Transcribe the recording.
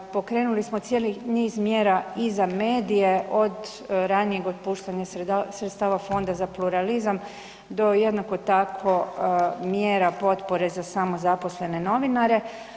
Pokrenuli smo cijeli niz mjera i za medije od ranijeg otpuštanja sredstava Fonda za pluralizam do jednako tako mjera potpore za samozaposlene novinare.